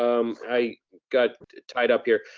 um i got tied up here.